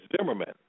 Zimmerman